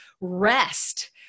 rest